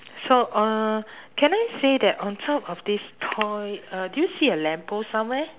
so uh can I say that on top of this toy uh do you see a lamppost somewhere